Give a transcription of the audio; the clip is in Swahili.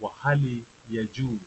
wa hali ya juu.